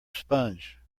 sponge